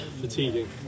Fatiguing